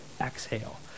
exhale